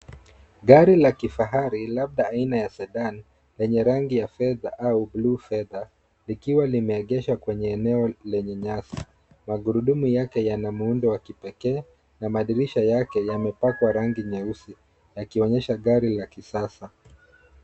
Gari la kifahari, labda aina ya sedan, lenye rangi ya fedha au buluu-fedha, likiwa limeegeshwa kwenye eneo lenye nyasi. Magurudumu yake yana muundo wa kipekee na madirisha yake yamepakwa rangi nyeusi, yakionyesha gari la kisasa.